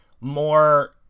more